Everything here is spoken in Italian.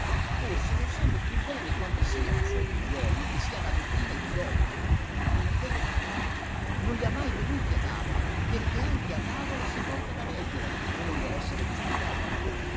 forse non sa neppur bene quanti siano i suoi figliuoli e chi sia nato prima e chi dopo non li vede mai non li ha mai voluti a tavola perché anche a tavola si porta da leggere e non vuol essere disturbato